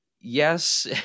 yes